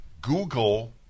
Google